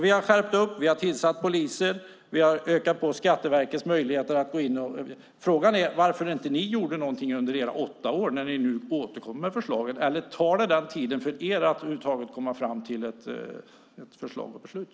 Vi har skärpt upp, vi har tillsatt poliser, vi har ökat Skatteverkets möjligheter att gå in. Frågan är varför inte ni gjorde någonting under era åtta år när ni nu återkommer med förslagen. Eller tar det den tiden för er att över huvud taget komma fram till ett förslag och beslut?